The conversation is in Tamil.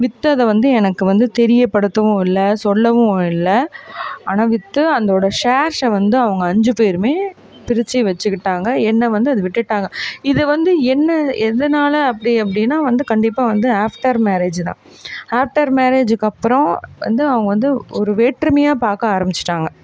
விற்று அதை வந்து எனக்கு வந்து தெரியப்படுத்தவும் இல்லை சொல்லவும் இல்லை ஆனால் விற்று அதோடய ஷேர்ஸை வந்து அவங்க அஞ்சு பேருமே பிரிச்சு வச்சுக்கிட்டாங்க என்னை வந்து அது விட்டுட்டாங்க இது வந்து என்ன எதனால் அப்படி அப்படின்னா வந்து கண்டிப்பாக வந்து ஆஃப்டர் மேரேஜ்தான் ஆஃப்டர் மேரேஜுக்கப்புறம் வந்து அவங்க வந்து ஒரு வேற்றுமையாக பார்க்க ஆரம்பிச்சுட்டாங்க